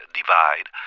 divide